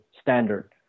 standard